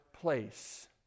place